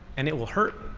and it will hurt.